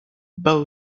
bow